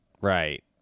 Right